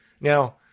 now